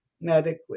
medically